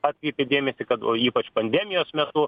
atkreipia dėmesį kad o ypač pandemijos metu